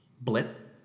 blip